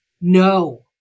No